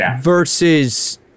versus